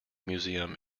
museum